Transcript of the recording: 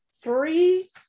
three